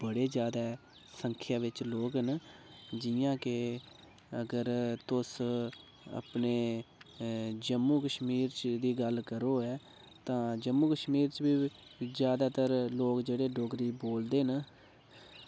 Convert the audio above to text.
बड़े ज्याद संख्या बिच्च लोग न जियां के अगर तुस अपने जम्मू कश्मीर च दी गल्ल अगर होवे तां जम्मू कश्मीर च बी ज्यादातर लोग जेहड़े डोगरी बोलदे न